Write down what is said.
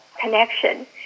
connection